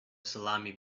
salami